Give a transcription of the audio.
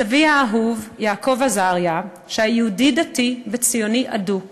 סבי האהוב יעקב עזריה, יהודי דתי וציוני אדוק